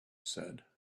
said